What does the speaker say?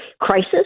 crisis